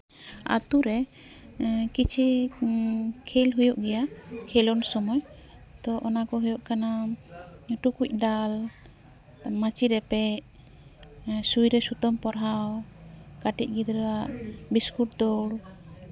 ᱟᱛᱳ ᱨᱮ ᱠᱤᱪᱷᱤ ᱠᱷᱮᱞ ᱦᱩᱭᱩᱜ ᱜᱮᱭᱟ ᱠᱷᱮᱞᱳᱰ ᱥᱩᱢᱩᱱ ᱛᱚ ᱚᱱᱟ ᱠᱚᱜᱮ ᱠᱟᱱᱟ ᱴᱩᱠᱩᱪ ᱫᱟᱞ ᱢᱟᱹᱪᱤ ᱨᱮᱯᱮᱡ ᱥᱩᱭ ᱨᱮ ᱥᱩᱛᱟᱹᱢ ᱯᱚᱨᱦᱟᱣ ᱠᱟᱹᱴᱤᱡ ᱜᱤᱫᱽᱨᱟᱹ ᱟᱜ ᱵᱤᱥᱠᱩᱴ ᱫᱳᱲ